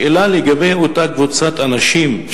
השאלה היא לגבי אותן קבוצות אנשים.